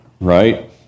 right